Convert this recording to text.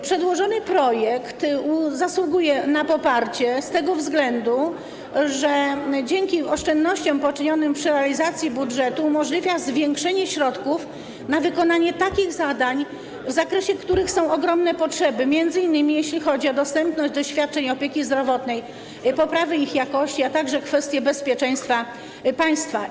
Przedłożony projekt zasługuje na poparcie z tego względu, że dzięki oszczędnościom poczynionym przy realizacji budżetu umożliwia on zwiększenie środków na wykonanie takich zadań, w zakresie których są ogromne potrzeby, m.in. jeśli chodzi o dostępność do świadczeń opieki zdrowotnej, poprawę ich jakości, a także kwestię bezpieczeństwa państwa.